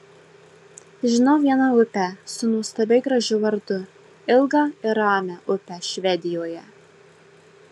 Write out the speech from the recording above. žinau vieną upę su nuostabiai gražiu vardu ilgą ir ramią upę švedijoje